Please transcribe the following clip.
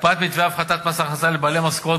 הקפאת מתווה הפחתת מס הכנסה לבעלי משכורות